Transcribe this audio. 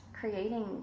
creating